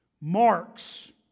marks